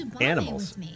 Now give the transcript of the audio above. animals